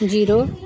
zero